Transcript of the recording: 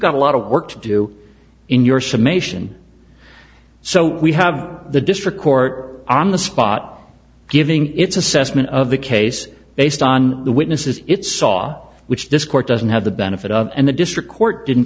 got a lot of work to do in your summation so we have the district court on the spot giving its assessment of the case based on the witnesses it saw which this court doesn't have the benefit of and the district court didn't